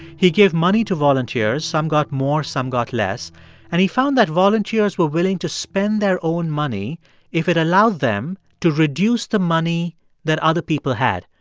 he gave money to volunteers some got more, some got less and he found that volunteers were willing to spend their own money if it allowed them to reduce the money that other people had.